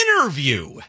interview